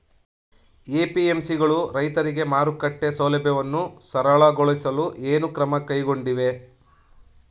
APMC ಗಳು ರೈತರಿಗೆ ಮಾರುಕಟ್ಟೆ ಸೌಲಭ್ಯವನ್ನು ಸರಳಗೊಳಿಸಲು ಏನು ಕ್ರಮ ಕೈಗೊಂಡಿವೆ?